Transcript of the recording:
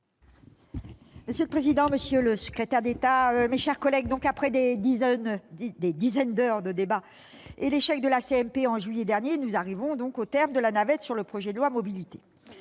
Monsieur le président, monsieur le secrétaire d'État, mes chers collègues, après des dizaines d'heures de débats et l'échec de la commission mixte paritaire en juillet dernier, nous arrivons au terme de la navette sur le projet de loi